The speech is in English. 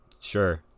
Sure